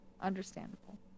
Understandable